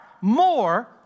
more